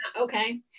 Okay